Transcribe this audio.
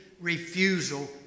Refusal